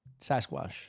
Sasquatch